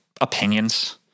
opinions